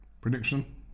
prediction